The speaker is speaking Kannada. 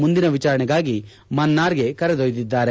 ಮುಂದಿನ ವಿಚಾರಣೆಗಾಗಿ ಮನ್ನಾರ್ಗೆ ಕರೆದೊಯ್ದಿದೆ